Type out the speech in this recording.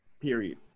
Period